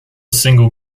single